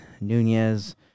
Nunez